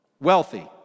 wealthy